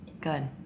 good